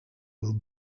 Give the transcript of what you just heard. will